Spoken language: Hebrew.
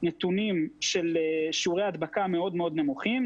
של שיעורי הדבקה מאוד מאוד נמוכים.